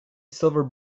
silver